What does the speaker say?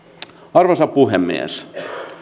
arvoisa puhemies